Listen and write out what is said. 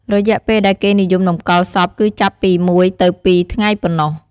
រយៈពេលដែលគេនិយមតម្កល់សពគឺចាប់ពី ១ទៅ២ ថ្ងៃប៉ុណ្ណោះ។